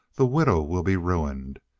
the widow will be ruined.